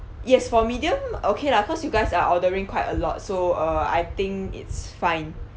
yes for medium okay lah cause you guys are ordering quite a lot so uh I think it's fine